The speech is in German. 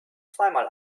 zweimal